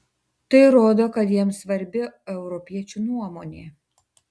tai rodo kad jiems svarbi europiečių nuomonė